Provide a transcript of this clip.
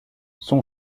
son